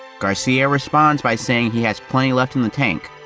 garcia responds by saying, he has plenty left in the tank.